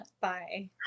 Bye